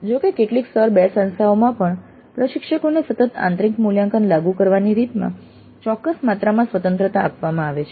જો કે કેટલીક સ્તર 2 સંસ્થાઓમાં પણ પ્રશિક્ષકોને સતત આંતરિક મૂલ્યાંકન લાગુ કરવાની રીતમાં ચોક્કસ માત્રામાં સ્વતંત્રતા આપવામાં આવે છે